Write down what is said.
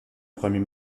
premier